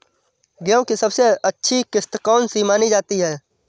गेहूँ की सबसे अच्छी किश्त कौन सी मानी जाती है?